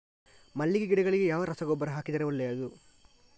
ಮಲ್ಲಿಗೆ ಗಿಡಗಳಿಗೆ ಯಾವ ರಸಗೊಬ್ಬರ ಹಾಕಿದರೆ ಒಳ್ಳೆಯದು?